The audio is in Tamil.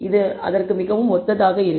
இது மிகவும் ஒத்ததாக இருக்கும்